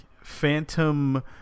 phantom